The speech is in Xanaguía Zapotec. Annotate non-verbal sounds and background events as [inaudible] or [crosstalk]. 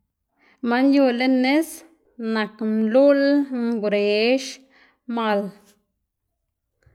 Man yu lën nis nak mluꞌl, ngrex, mal. [noise]